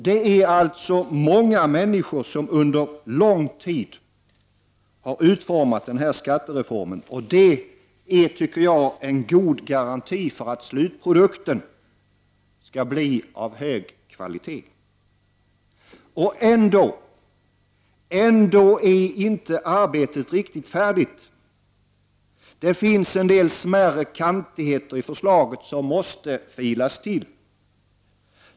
Det är alltså många människor som under lång tid har utformat denna skattereform. Det är, tycker jag, en god garanti för att slutprodukten skall bli av hög kvalitet. Och ändå är arbetet inte riktigt färdigt. Det finns en del smärre kantigheter i förslaget som måste filas till.